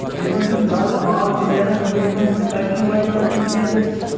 یِمن چھُنہٕ زیادٕ مال تہِ نیران خبر یِمن مہ چھُ کَنٛچۍ وَرٕے گژھان کیٚنہہ تہِ